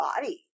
body